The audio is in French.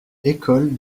écoles